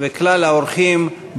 וכלל האורחים.